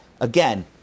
again